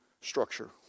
structure